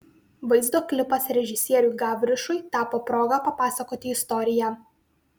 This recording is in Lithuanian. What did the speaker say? vaizdo klipas režisieriui gavrišui tapo proga papasakoti istoriją